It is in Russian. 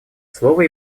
слово